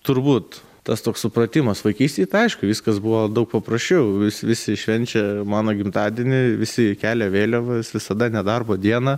turbūt tas toks supratimas vaikystėj tai aišku viskas buvo daug paprasčiau vis visi švenčia mano gimtadienį visi kelia vėliavas visada nedarbo diena